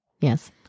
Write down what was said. Yes